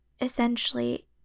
essentially